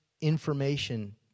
information